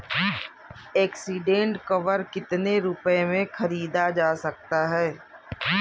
Accident cover कितने रुपए में खरीदा जा सकता है?